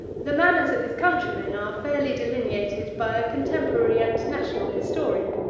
the manners of his countrymen are fairly delineated by a contemporary and national historian.